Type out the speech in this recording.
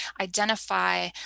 identify